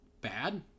bad